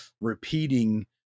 repeating